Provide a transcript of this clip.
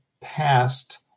past